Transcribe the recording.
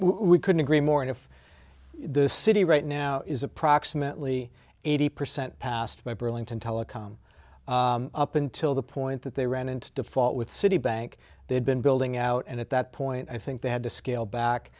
we couldn't agree more if the city right now is approximately eighty percent passed by burlington telecom up until the point that they ran into default with citibank they've been building out and at that point i think they had to scale back